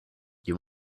you